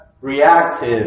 reactive